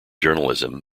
journalism